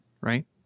right